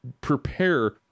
prepare